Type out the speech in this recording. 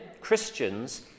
Christians